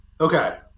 Okay